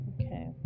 Okay